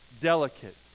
delicate